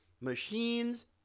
Machines